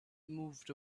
moved